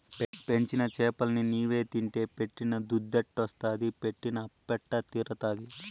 పెంచిన చేపలన్ని నీవే తింటే పెట్టిన దుద్దెట్టొస్తాది పెట్టిన అప్పెట్ట తీరతాది